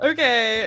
Okay